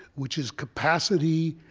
which is capacity,